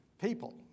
people